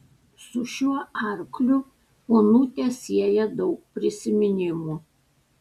su šiuo arkliu onutę sieja daug prisiminimų